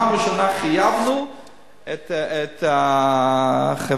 מכיוון שפעם ראשונה חייבנו את החברה,